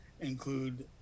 include